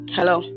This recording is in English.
Hello